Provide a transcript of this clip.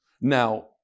Now